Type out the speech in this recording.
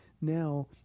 now